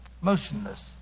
motionless